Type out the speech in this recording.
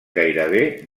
gairebé